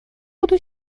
буду